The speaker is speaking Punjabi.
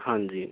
ਹਾਂਜੀ